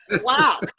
Wow